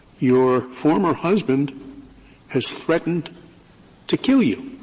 your former husband has threatened to kill you.